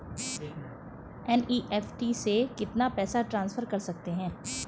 NEFT से कितना पैसा ट्रांसफर कर सकते हैं?